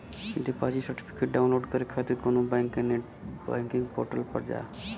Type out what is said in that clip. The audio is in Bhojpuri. डिपॉजिट सर्टिफिकेट डाउनलोड करे खातिर कउनो बैंक के नेट बैंकिंग पोर्टल पर जा